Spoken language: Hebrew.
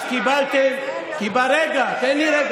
אז קיבלתם, כי ברגע, תן לי רגע.